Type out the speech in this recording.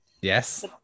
Yes